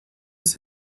its